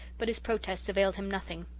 but his protests availed him nothing.